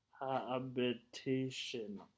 habitation